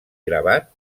gravat